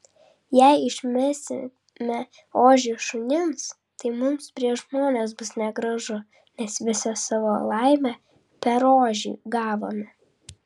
jei išmesime ožį šunims tai mums prieš žmones bus negražu nes visą savo laimę per ožį gavome